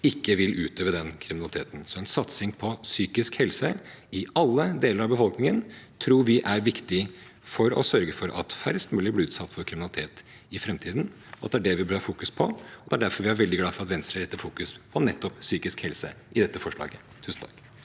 ikke vil begå den kriminaliteten. En satsing på psykisk helse i alle deler av befolkningen tror vi derfor er viktig for å sørge for at færrest mulig blir utsatt for kriminalitet i framtiden, og det er det vi bør fokusere på. Derfor er vi veldig glad for at Venstre fokuserer på nettopp psykisk helse i dette forslaget. Jeg tar